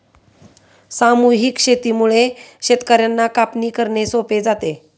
सामूहिक शेतीमुळे शेतकर्यांना कापणी करणे सोपे जाते